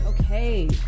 Okay